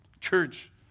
Church